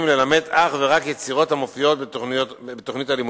ללמד אך ורק יצירות המופיעות בתוכנית הלימודים.